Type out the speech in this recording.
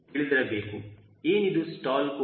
ಏನಿದು ಸ್ಟಾಲ್ ಕೋನ